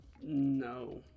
no